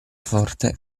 forte